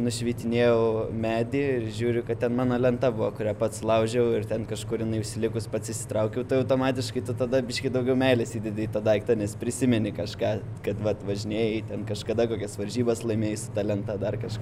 nušveitinėjau medį ir žiūriu kad ten mano lenta buvo kurią pats laužiau ir ten kažkur jinai užsilikus pats išsitraukiau tai automatiškai tai tada biškį daugiau meilės įdedi į tą daiktą nes prisimeni kažką kad vat važinėjai ten kažkada kokias varžybas laimėjai su ta lenta dar kaž